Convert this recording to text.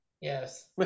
Yes